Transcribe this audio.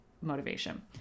motivation